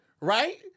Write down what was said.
right